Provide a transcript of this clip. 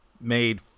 made